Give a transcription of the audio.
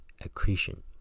accretion